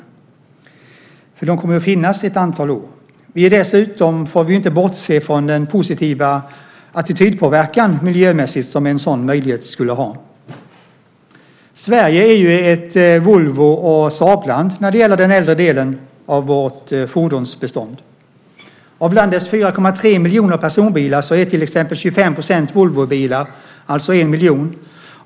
De kommer ju att finnas ett antal år. Vi får dessutom inte bortse från den positiva miljöpåverkan när det gäller attityder som en sådan möjlighet skulle ha. Sverige är ett Volvo och Saabland när det gäller den äldre delen av vårt fordonsbestånd. Av landets 4,3 miljoner personbilar är till exempel 25 % Volvobilar, alltså 1 miljon.